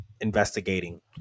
investigating